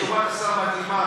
תשובת השר מדהימה,